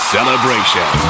Celebration